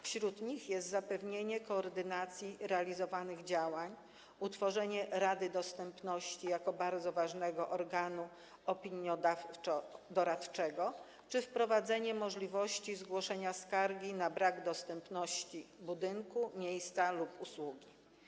Wśród nich jest zapewnienie koordynacji realizowanych działań, utworzenie Rady Dostępności jako bardzo ważnego organu opiniodawczo-doradczego czy wprowadzenie możliwości zgłoszenia skargi na brak dostępności budynku, miejsca lub usługi.